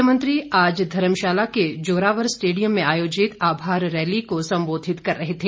मुख्यमंत्री आज धर्मशाला के जोरावर स्टेडियम में आयोजित आभार रैली को संबोधित कर रहे थे